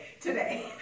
Today